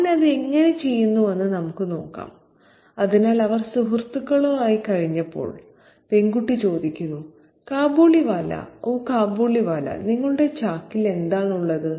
അവൻ അത് എങ്ങനെ ചെയ്യുന്നുവെന്ന് നമുക്ക് നോക്കാം അതിനാൽ അവർ സുഹൃത്തുക്കളായിക്കഴിഞ്ഞപ്പോൾ പെൺകുട്ടി ചോദിക്കുന്നു 'കാബൂളിവാല ഓ കാബൂളിവാല നിങ്ങളുടെ ചാക്കിൽ എന്താണ് ഉള്ളത്